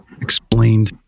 explained